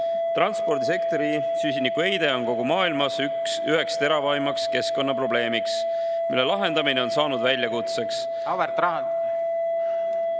Transpordisektori süsinikuheide on kogu maailmas üheks teravaimaks keskkonnaprobleemiks, mille lahendamine on saanud väljakutseks. Auväärt